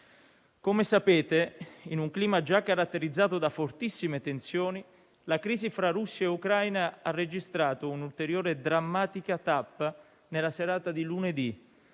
Come sapete, in un clima già caratterizzato da fortissime tensioni, la crisi fra Russia e Ucraina ha registrato un'ulteriore e drammatica tappa nella serata di lunedì,